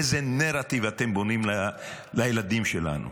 איזה נרטיב אתם בונים לילדים שלנו.